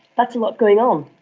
that's a lot going on.